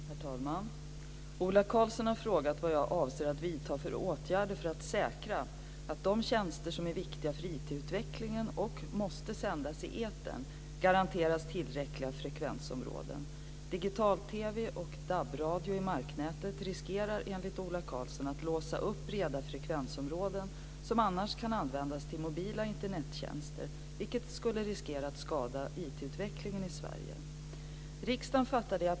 Herr talman! Ola Karlsson har frågat vad jag avser att vidta för åtgärder för att säkra att de tjänster som är viktiga för IT-utvecklingen och måste sändas i etern garanteras tillräckliga frekvensområden. Digital-TV och DAB-radio i marknätet riskerar enligt Ola Karlsson att låsa upp breda frekvensområden som annars kan användas till mobila Internettjänster, vilket skulle riskera att skada IT-utvecklingen i Sverige.